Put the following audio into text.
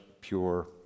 pure